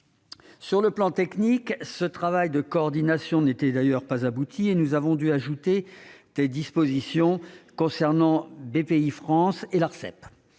Sur le plan technique, ce travail de coordination n'était d'ailleurs pas abouti et nous avons dû ajouter des dispositions concernant Bpifrance et l'Autorité